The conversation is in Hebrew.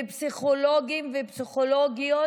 בפסיכולוגים ופסיכולוגיות